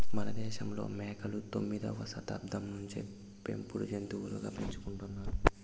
మనదేశంలో మేకలు తొమ్మిదవ శతాబ్దం నుంచే పెంపుడు జంతులుగా పెంచుకుంటున్నారు